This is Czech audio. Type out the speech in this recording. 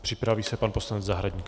Připraví se pan poslanec Zahradník.